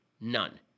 None